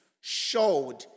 showed